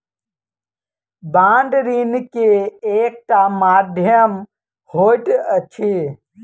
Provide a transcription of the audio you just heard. bond ऋण के एकटा माध्यम होइत अछि